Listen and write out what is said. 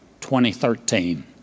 2013